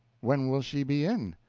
when will she be in?